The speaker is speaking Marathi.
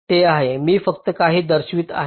ते आहे मी फक्त काही दर्शवित आहे